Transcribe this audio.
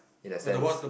in a sense